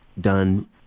done